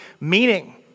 meaning